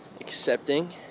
accepting